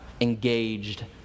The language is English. engaged